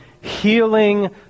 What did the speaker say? healing